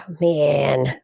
man